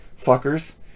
fuckers